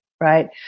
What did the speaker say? right